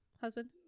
husband